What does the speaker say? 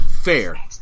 Fair